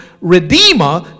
redeemer